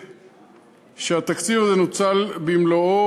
מכיוון שהתקציב הזה נוצל במלואו,